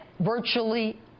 virtually